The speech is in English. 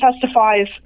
testifies